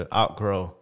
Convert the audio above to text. outgrow